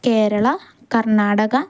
Kerala Karnataka